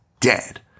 dead